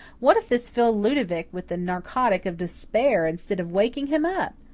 what if this filled ludovic with the narcotic of despair instead of wakening him up!